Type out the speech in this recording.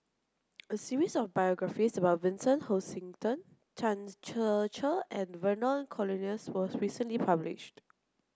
a series of biographies about Vincent Hoisington Ser Cher and Vernon Cornelius was recently published